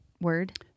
word